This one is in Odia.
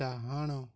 ଡାହାଣ